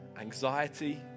anxiety